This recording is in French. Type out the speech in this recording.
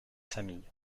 famille